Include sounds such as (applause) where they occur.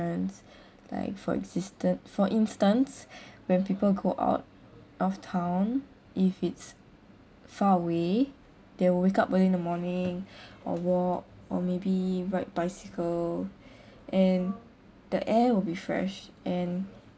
(breath) like for existed for instance (breath) when people go out of town if it's far away they will wake up early in the morning (breath) or walk or maybe ride bicycle (breath) and the air will be fresh and